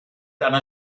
einer